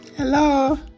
Hello